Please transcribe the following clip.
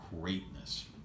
greatness